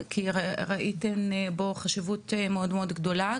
כי ראיתן בו חשיבות מאוד מאוד גדולה,